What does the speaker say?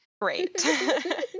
Great